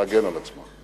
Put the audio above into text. להגן על עצמה.